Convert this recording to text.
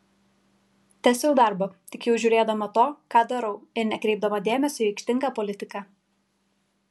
tęsiau darbą tik jau žiūrėdama to ką darau ir nekreipdama dėmesio į aikštingą politiką